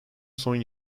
son